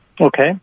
Okay